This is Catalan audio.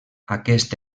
aquest